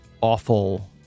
awful